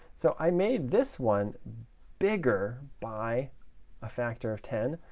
so i made this one bigger by a factor of ten.